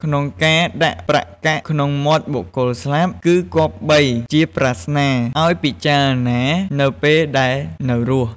ក្នុងការដាក់ប្រាក់កាក់ក្នុងមាត់បុគ្គលស្លាប់ គឺគប្បីជាប្រស្នាឲ្យពិចារណានៅពេលដែលនៅរស់។